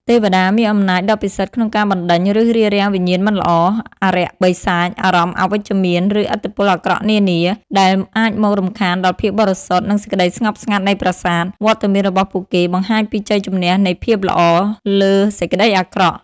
ទេវតាមានអំណាចដ៏ពិសិដ្ឋក្នុងការបណ្ដេញ ឬរារាំងវិញ្ញាណមិនល្អ អារក្សបិសាច អារម្មណ៍អវិជ្ជមាន ឬឥទ្ធិពលអាក្រក់នានា ដែលអាចមករំខានដល់ភាពបរិសុទ្ធ និងសេចក្ដីស្ងប់ស្ងាត់នៃប្រាសាទ វត្តមានរបស់ពួកគេបង្ហាញពីជ័យជំនះនៃភាពល្អលើសេចក្តីអាក្រក់។